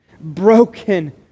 broken